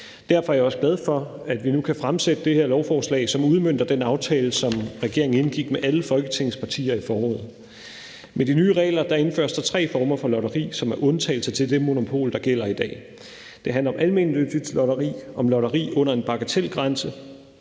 Derfor er jeg også glad for, at vi nu kan fremsætte det her lovforslag, som udmønter den aftale, som regeringen indgik med alle Folketingets partier i foråret. Med de nye regler indføres der tre former for lotteri, som er undtagelser til det monopol, der gælder i dag. Det handler om almennyttig lotteri, om lotteri under en bagatelgrænse